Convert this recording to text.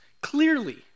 Clearly